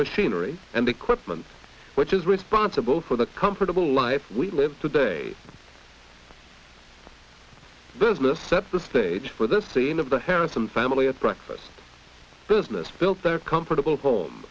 machinery and equipment which is responsible for the comfortable life we live today business sets the stage for the scene of the harrison family at breakfast business built their comfortable home